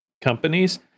companies